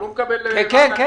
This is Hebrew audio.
הוא לא מקבל מענקים,